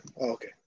Okay